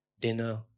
dinner